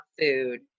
food